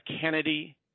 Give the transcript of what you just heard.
kennedy